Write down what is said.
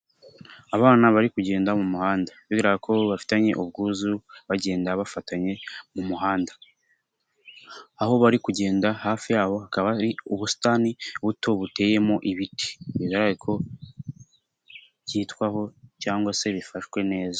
Abana bari kugenda mu muhanda, bigaragara ko bafitanye ubwuzu, bagenda bafatanye mu muhanda. Aho bari kugenda, hafi yabo hakaba ubusitani buto buteyemo ibiti. Bigaragara ko byitwaho cyangwa se bifashwe neza.